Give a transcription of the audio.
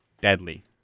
Deadly